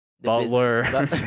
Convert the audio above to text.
Butler